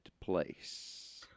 Place